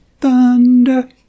Thunder